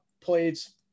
plates